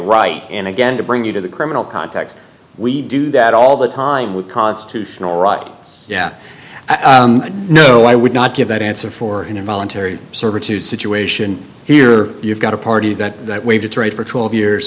right and again to bring you to the criminal context we do that all the time with constitutional right yeah no i would not give that answer for an involuntary servitude situation here you've got a party that way to trade for twelve years